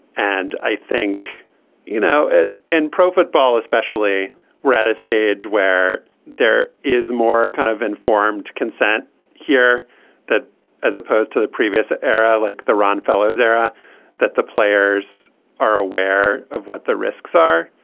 and i think you know in pro football especially we're at a stage where there is more kind of informed consent here that as opposed to the previous ah era like the ron fellows era that the players are aware of what the risks are.